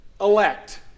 elect